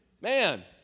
man